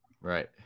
Right